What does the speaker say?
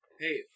Hey